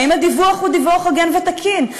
האם הדיווח הוא דיווח הוגן ותקין?